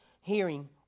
hearing